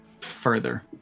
further